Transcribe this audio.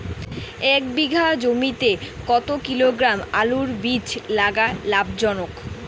এক বিঘা জমিতে কতো কিলোগ্রাম আলুর বীজ লাগা লাভজনক?